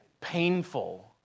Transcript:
painful